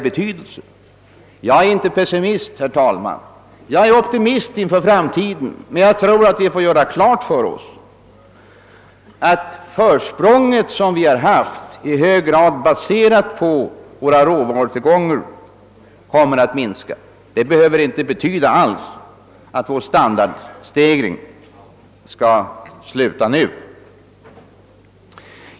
Men jag är inte pessimist, utan ser optimistiskt på framtiden, även om jag tror att vi måste göra klart för oss att det försprång vi haft i hög grad har varit baserat på våra naturtillgångar och att detta försteg efter hand kommer att minska. Men det behöver inte alls betyda att vår standardstegring nu är slut.